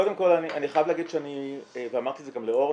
קודם כל אני חייב להגיד ואמרתי את זה גם לאורנה.